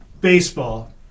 baseball